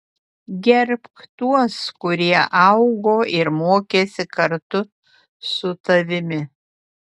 gerbk tuos kurie augo ir mokėsi kartu su tavimi